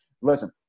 listen